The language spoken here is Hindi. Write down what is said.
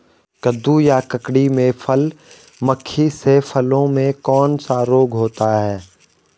कद्दू या ककड़ी में फल मक्खी से फलों में कौन सा रोग होता है?